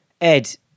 Ed